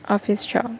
office job